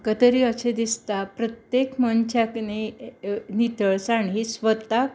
म्हाका तरी अशें दिसता प्रत्येक मनश्याक न्ही नितळसाण ही स्वताक